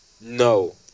No